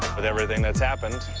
with everything that's happened,